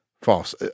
false